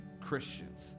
Christians